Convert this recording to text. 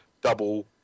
double